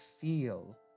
feel